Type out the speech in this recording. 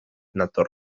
nator